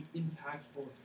impactful